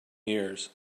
years